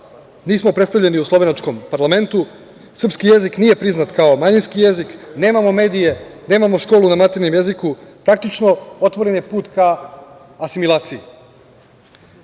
nismo predstavljeni u slovenačkom parlamentu, srpski jezik nije priznat kao manjinski jezik, nemamo medije, nemamo školu na maternjem jeziku, praktično, otvoren je put ka asimilaciji. Kada